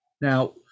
Now